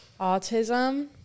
autism